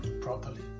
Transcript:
properly